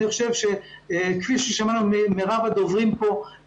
כפי ששמענו ממרב הדוברים פה,